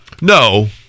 No